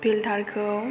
फिलतार खौ